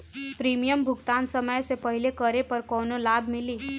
Premium भुगतान समय से पहिले करे पर कौनो लाभ मिली?